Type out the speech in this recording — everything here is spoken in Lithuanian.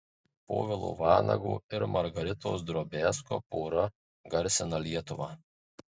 povilo vanago ir margaritos drobiazko pora garsino lietuvą